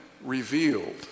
revealed